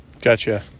Gotcha